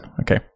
okay